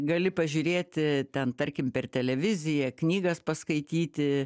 gali pažiūrėti ten tarkim per televiziją knygas paskaityti